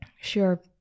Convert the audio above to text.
sure